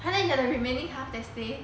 !huh! then the remaining half that stay